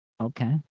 okay